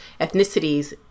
ethnicities